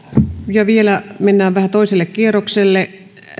ja vielä mennään vähän toiselle kierrokselle